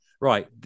right